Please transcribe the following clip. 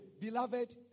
Beloved